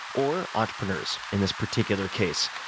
or entrepreneurs in this particular case.